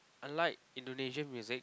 unlike Indonesian music